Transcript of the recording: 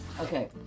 Okay